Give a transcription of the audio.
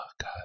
God